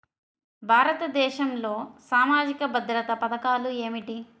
భారతదేశంలో సామాజిక భద్రతా పథకాలు ఏమిటీ?